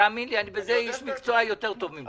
תאמין לי, אני בזה איש מקצוע יותר טוב ממך.